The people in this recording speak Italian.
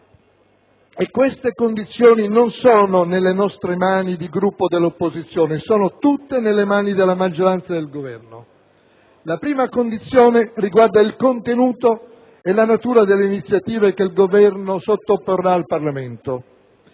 Queste condizioni non sono nelle nostre mani di Gruppo dell'opposizione; sono tutte nelle mani della maggioranza e del Governo. La prima condizione riguarda il contenuto e la natura delle iniziative che il Governo sottoporrà al Parlamento.